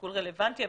שיקול רלוונטי,